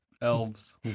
Elves